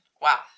Wow